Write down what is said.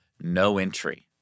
no-entry